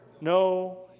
no